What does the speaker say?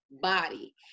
body